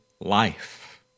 life